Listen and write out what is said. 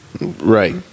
Right